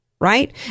right